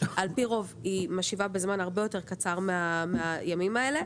על פי רוב היא משיבה בזמן הרבה יותר קצר מהימים האלה,